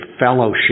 fellowship